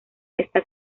esta